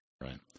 right